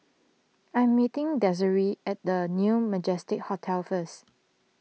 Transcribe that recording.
I am meeting Desiree at the New Majestic Hotel first